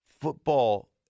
football